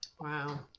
Wow